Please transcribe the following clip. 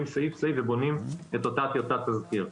סעיף סעיף ובונים את אותה טיוטת תזכיר.